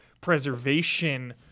preservation